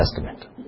Testament